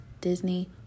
disney